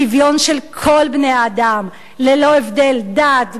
שוויון של כל בני האדם ללא הבדל דת,